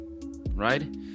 right